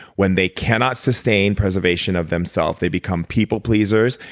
when they cannot sustain preservation of them self, they become people pleasers.